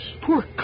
Poor